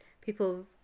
people